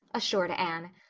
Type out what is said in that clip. assured anne.